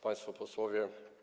Państwo Posłowie!